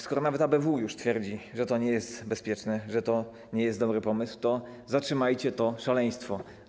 Skoro nawet ABW już twierdzi, że to nie jest bezpieczne, że to nie jest dobry pomysł, to zatrzymajcie to szaleństwo.